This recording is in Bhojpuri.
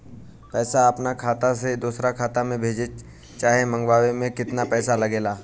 पैसा अपना खाता से दोसरा खाता मे भेजे चाहे मंगवावे में केतना पैसा लागेला?